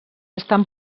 estan